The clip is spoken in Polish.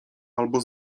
albo